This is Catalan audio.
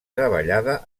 treballada